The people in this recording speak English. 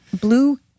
Blue